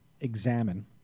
examine